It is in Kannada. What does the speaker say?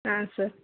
ಆಂ ಸರ್